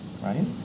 right